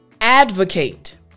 advocate